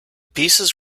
pieces